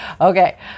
Okay